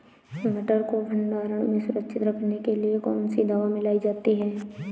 मटर को भंडारण में सुरक्षित रखने के लिए कौन सी दवा मिलाई जाती है?